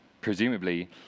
presumably